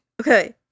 okay